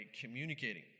communicating